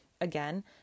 again